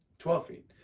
twelve feet.